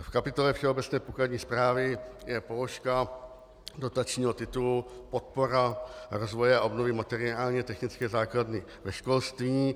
V kapitole Všeobecné pokladní správy je položka dotačního titulu podpora rozvoje a obnovy materiálně technické základny ve školství.